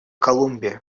колумбии